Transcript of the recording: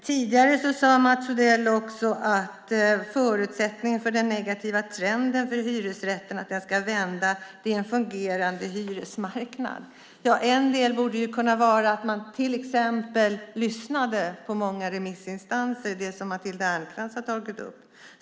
Tidigare sade Mats Odell också att förutsättningen för att den negativa trenden för hyresrätten ska vända är en fungerande hyresmarknad. Ja, en del borde ju kunna vara att man till exempel lyssnade på många remissinstanser, det som Matilda Ernkrans har tagit upp.